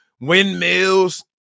windmills